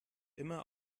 immer